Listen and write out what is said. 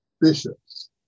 bishops